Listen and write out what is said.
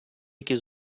які